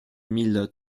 mille